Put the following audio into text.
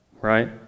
right